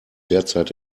derzeit